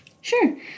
Sure